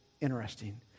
interesting